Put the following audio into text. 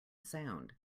sound